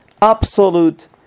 absolute